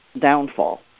downfall